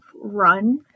run